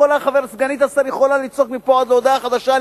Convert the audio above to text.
וסגנית השר יכולה לצעוק מפה עד הודעה חדשה,